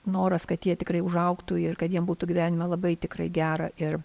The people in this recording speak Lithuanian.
noras kad jie tikrai užaugtų ir kad jiem būtų gyvenime labai tikrai gera ir